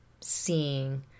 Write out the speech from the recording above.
seeing